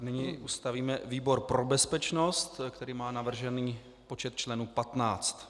Nyní ustavíme výbor pro bezpečnost, který má navržený počet členů 15.